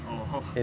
!oho!